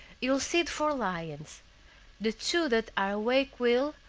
you will see the four lions the two that are awake will,